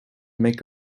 make